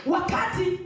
Wakati